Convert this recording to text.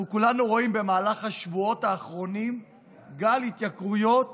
אנחנו כולנו רואים במהלך השבועות האחרונים גל התייקרויות